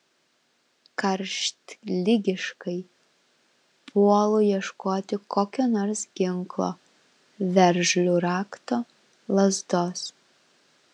karštligiškai puolu ieškoti kokio nors ginklo veržlių rakto lazdos